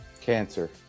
Cancer